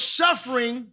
suffering